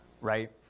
right